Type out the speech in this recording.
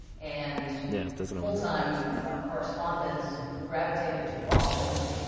and full-time correspondents who gravitated to the balkans,